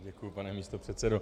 Děkuji, pane místopředsedo.